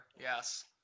Yes